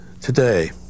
today